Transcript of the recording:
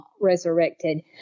resurrected